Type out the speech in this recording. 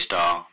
Star